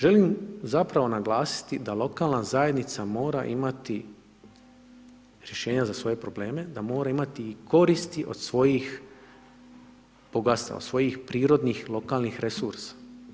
Želim zapravo naglasiti da lokalna zajednica mora imati rješenja za svoje probleme, da mora imati i koristi od svojih bogatstava, od svojih prirodnih lokalnih resursa.